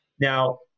now